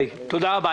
תודה רבה.